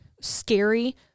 scary